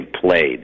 played